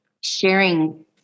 sharing